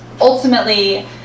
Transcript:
ultimately